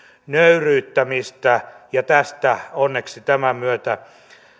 nöyryyttämistä ja tästä onneksi tämän myötä